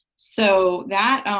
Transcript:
so that